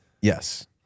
Yes